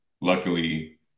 luckily